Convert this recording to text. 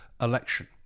election